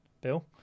Bill